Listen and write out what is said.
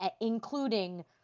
including